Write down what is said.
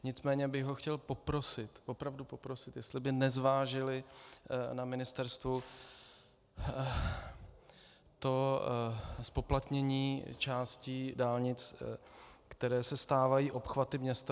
Nicméně bych ho chtěl poprosit, opravdu poprosit, jestli by nezvážili na ministerstvu to zpoplatnění částí dálnic, které se stávají obchvaty města.